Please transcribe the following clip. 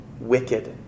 wicked